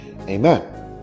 Amen